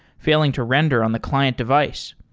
failing to render on the client device.